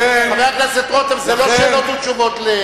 חבר הכנסת רותם, זה לא שאלות ותשובות.